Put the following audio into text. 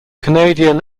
canadian